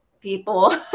people